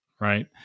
Right